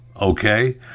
okay